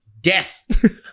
Death